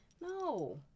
No